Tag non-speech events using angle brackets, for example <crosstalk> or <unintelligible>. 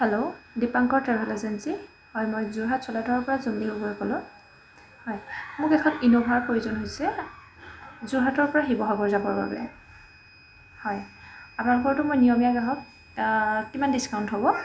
hello Dipankar travel agency হয় মই যোৰহাট <unintelligible> পৰা জুলি গগৈ ক'লোঁ হয় মোক এখন ইন'ভাৰ প্ৰয়োজন হৈছে যোৰহাটৰ পৰা শিৱসাগৰ যাবৰ বাবে হয় আপোনালোকৰতো মই নিয়মীয়া গ্ৰাহক কিমান ডিছকাউণ্ট হ'ব